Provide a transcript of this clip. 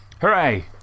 Hooray